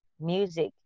music